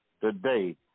today